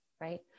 right